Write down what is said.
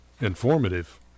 informative